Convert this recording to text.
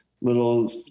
little